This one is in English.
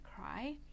cry